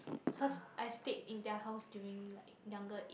cause I stayed in their house during like younger age